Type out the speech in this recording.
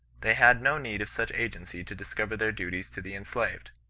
they had no need of such agency to discover their duties to the enslaved.